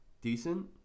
Decent